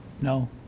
No